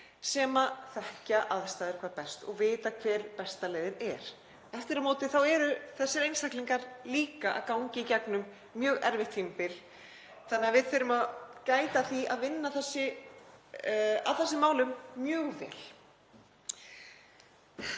sem þekkja aðstæður hvað best og vita hver besta leiðin er. Aftur á móti eru þessir einstaklingar líka að ganga í gegnum mjög erfitt tímabil þannig að við þurfum að gæta að því að vinna að þessum málum mjög vel.